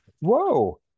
whoa